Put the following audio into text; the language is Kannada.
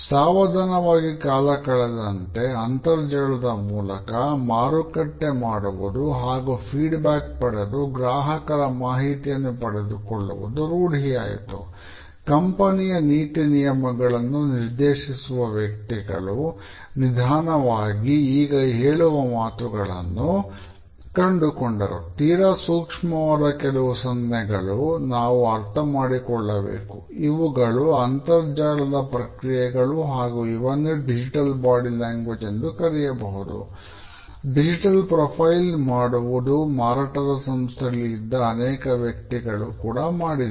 ಸಾವಧಾನವಾಗಿ ಕಾಲ ಕಳೆದಂತೆ ಅಂತರ್ಜಾಲದ ಮೂಲಕ ಮಾರುಕಟ್ಟೆ ಮಾಡುವುದು ಹಾಗು ಫೀಡ್ ಬ್ಯಾಕ್ ಮಾಡುವುದು ಮಾರಾಟದ ಸಂಸ್ಥೆಯಲ್ಲಿಇದ್ದ ಅನೇಕ ವ್ಯಕ್ತಿಗಳು ಮಾಡಿದರು